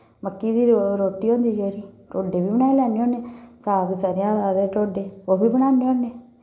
मक्की दी रोटी होंदी जेह्ड़ी ढोडे बी बनाई लैन्ने होन्ने साग सरेआं दा ते ढोडे ओह् बी बनान्ने होन्ने